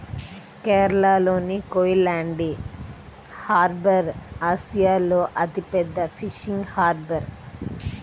కేరళలోని కోయిలాండి హార్బర్ ఆసియాలో అతిపెద్ద ఫిషింగ్ హార్బర్